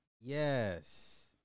Yes